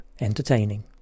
entertaining